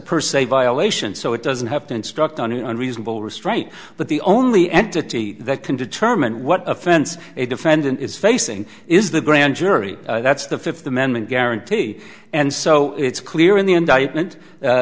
per se violation so it doesn't have to instruct on unreasonable restraint but the only entity that can determine what offense a defendant is facing is the grand jury that's the fifth amendment guarantee and so it's clear in the indictment